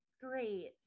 great